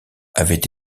avait